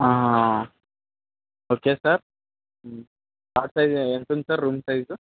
okay sir plot size ఎంత ఉంది sir room size